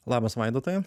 labas vaidotai